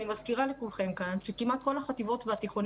אני מזכירה לכולכם כאן שכמעט כל החטיבות והתיכונים